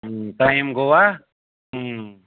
time Goa